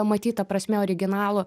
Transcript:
pamatyt ta prasme originalų